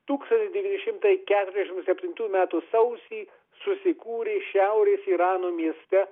tūkstantis devyni šimtai keturiasdešim septintų metų sausį susikūrė šiaurės irano mieste